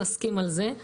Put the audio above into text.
נסכים על זה.